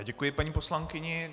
Děkuji paní poslankyni.